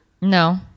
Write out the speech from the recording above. No